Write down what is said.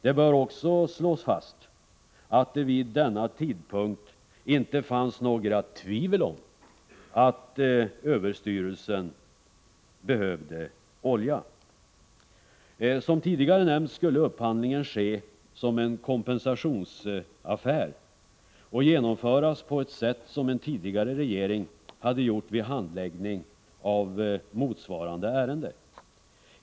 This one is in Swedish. Det bör också slås fast att det vid denna tidpunkt inte fanns några tvivel om att ÖEF behövde olja. Som tidigare nämnts, skulle upphandlingen ske som en kompensationsaffär och genomföras på ett sätt som en tidigare regering hade tillämpat vid handläggning av ett motsvarande ärende.